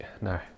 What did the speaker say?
no